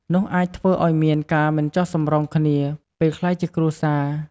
នោះអាចធ្វើឲ្យមានការមិនចុះសម្រុងគ្នា ពេលក្លាយជាគ្រួសារ។